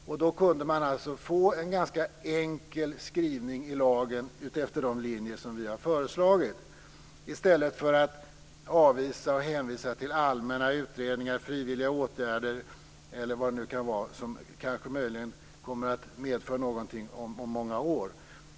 Man kunde alltså få en ganska enkel skrivning i lagen efter de linjer som vi har föreslagit i stället för att avvisa och hänvisa till allmänna utredningar, frivilliga åtgärder eller vad det kan vara som möjligen kommer att medföra någonting om många år.